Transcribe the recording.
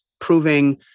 proving